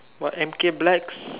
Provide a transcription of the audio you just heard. what M_K blacks